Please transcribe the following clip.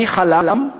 מ"חלם",